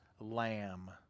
lamb